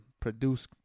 produce